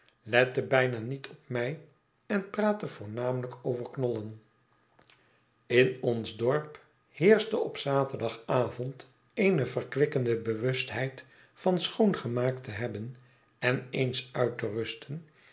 lette bijna niet op mij en praatte voornamelijk over knollen in ons dorp heerschte op zaterdagavond eene verkwikkende bewustheid van schoongemaakt te hebben en eens uit te rusten